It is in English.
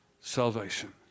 salvation